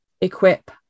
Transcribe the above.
equip